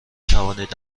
توانید